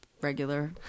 regular